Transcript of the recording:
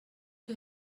you